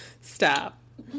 stop